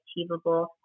achievable